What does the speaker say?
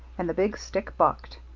and the big stick bucked.